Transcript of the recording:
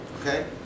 Okay